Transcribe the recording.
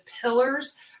pillars